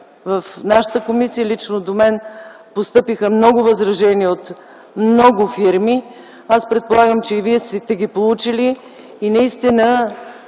в нашата комисия, лично до мен, постъпиха възражения от много фирми. Аз предполагам, че и вие сте ги получили.